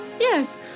yes